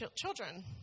children